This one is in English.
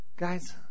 Guys